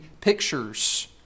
pictures